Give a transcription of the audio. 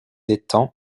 étangs